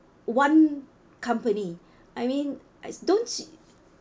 one company I mean I don't see